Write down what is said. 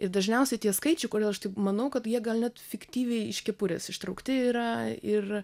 ir dažniausiai tie skaičiai kodėl aš taip manau kad jie gal net fiktyviai iš kepurės ištraukti yra ir